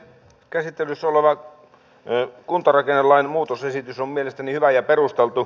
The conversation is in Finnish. käsittelyssä oleva kuntarakennelain muutosesitys on mielestäni hyvä ja perusteltu